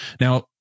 Now